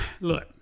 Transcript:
look